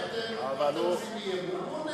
לכן אני אומר: אתם מגישים אי-אמון